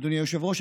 אדוני היושב-ראש.